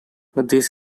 this